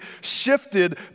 shifted